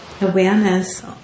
awareness